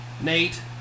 Nate